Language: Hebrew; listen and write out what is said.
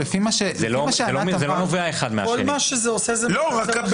לפי מה שענת אמרה --- זה לא נובע אחד מהשני.